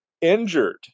injured